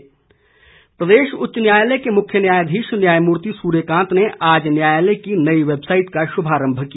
उच्च न्यायालय प्रदेश उच्च न्यायालय के मुख्य न्यायाधीश न्यायमूर्ति सूर्यकांत ने आज न्यायालय की नई वैबसाईट का शुभारंभ किया